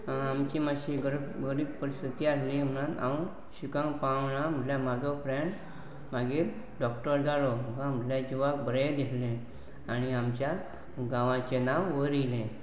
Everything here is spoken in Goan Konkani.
आमची मातशीब गरीब परिस्थिती आसली म्हणून हांव शिकंक पावना म्हल्यार म्हाजो फ्रेंड मागीर डॉक्टर जालो म्हाका म्हटल्यार जिवाक बरें दिसलें आनी आमच्या गांवाचें नांव वयर ययलें